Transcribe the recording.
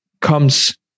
comes